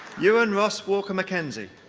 ewan ross walker mckenzie.